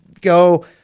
go